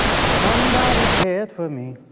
somebody cared for me,